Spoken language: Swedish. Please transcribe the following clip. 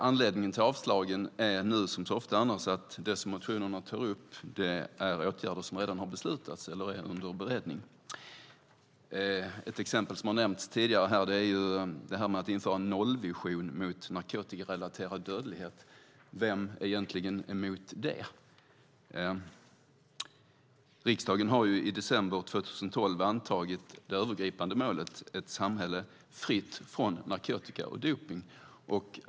Anledningen till avslagen är nu som så ofta annars att det som motionerna tar upp är åtgärder som redan har beslutats eller är under beredning. Ett exempel som har nämnts tidigare är detta med att införa en nollvision mot narkotikarelaterad dödlighet. Vem är egentligen emot det? Riksdagen har i december 2012 antagit det övergripande målet: Ett samhälle fritt från narkotika och dopning.